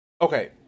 Okay